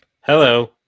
Hello